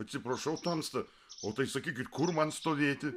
atsiprašau tamsta o tai sakykit kur man stovėti